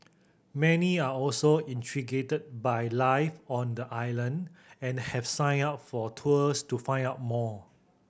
many are also intrigued by life on the island and have signed up for tours to find out more